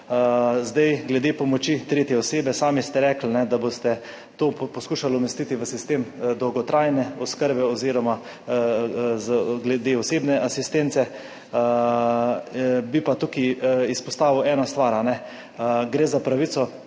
Glede pomoči tretje osebe, sami ste rekli, da boste to poskušali umestiti v sistem dolgotrajne oskrbe oziroma [v okvir] osebne asistence. Bi pa tukaj izpostavil eno stvar. Gre za pravico